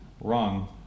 wrong